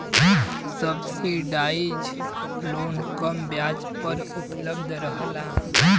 subsidise loan कम ब्याज पर उपलब्ध रहला